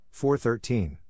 4-13